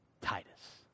Titus